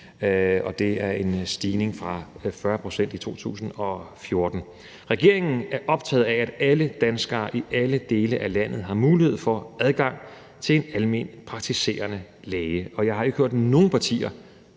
og det er en stigning fra 40 pct. i 2014. Regeringen er optaget af, at alle danskere i alle dele af landet har mulighed for adgang til en almenpraktiserende læge, og jeg har ikke hørt nogen partier